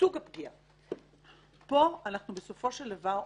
פה אנחנו אומרים,